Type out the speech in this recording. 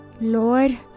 Lord